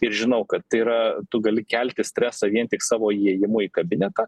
ir žinau kad tai yra tu gali kelti stresą vien tik savo įėjimų į kabinetą